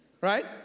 right